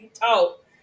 talk